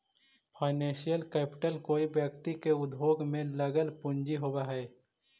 financial capital कोई व्यक्ति के उद्योग में लगल पूंजी होवऽ हई